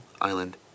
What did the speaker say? Island